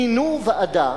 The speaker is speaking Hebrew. מינו ועדה,